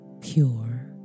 pure